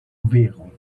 vehicle